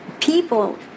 People